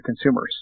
consumers